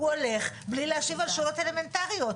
הוא הולך בלי להשיב על שאלות אלמנטריות.